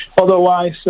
Otherwise